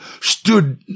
stood